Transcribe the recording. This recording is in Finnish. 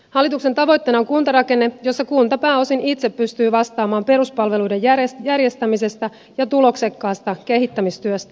hallituksen tavoitteena on kuntarakenne jossa kunta pääosin itse pystyy vastaamaan peruspalveluiden järjestämisestä ja tuloksekkaasta kehittämistyöstä